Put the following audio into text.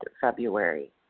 February